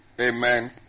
Amen